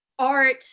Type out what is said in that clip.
art